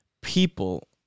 people